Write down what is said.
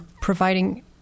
providing